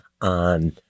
on